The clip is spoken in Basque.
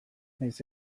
nahiz